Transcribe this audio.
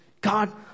God